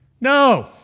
No